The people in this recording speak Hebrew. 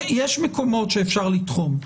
יש מקומות שאפשר לתחום.